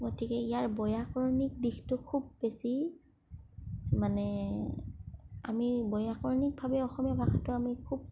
গতিকে ইয়াৰ ব্য়াকৰণিক দিশটো খুব বেছি মানে আমি ব্য়াকৰণিক ভাৱে আমি অসমীয়া ভাষাটো খুব